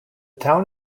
town